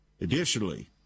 Additionally